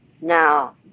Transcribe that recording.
now